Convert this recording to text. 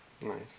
Nice